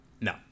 No